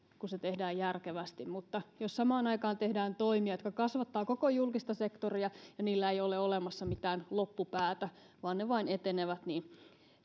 kun se tehdään järkevästi mutta jos samaan aikaan tehdään toimia jotka kasvattavat koko julkista sektoria ja jos niillä ei ole olemassa mitään loppupäätä vaan ne vain etenevät niin